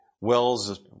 wells